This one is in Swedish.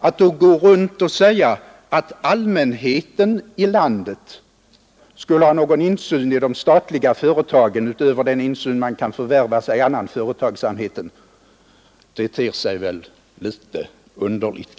Att då gå runt och säga att allmänheten i landet skulle ha någon insyn i de statliga företagen utöver den insyn man kan förvärva sig i annan företagsamhet — det ter sig rätt underligt.